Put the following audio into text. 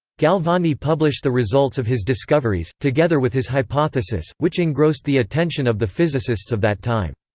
galvani published the results of his discoveries, together with his hypothesis, which engrossed the attention of the physicists of that time.